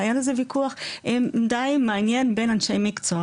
היה על זה וויכוח די מעניין בין אנשי מקצוע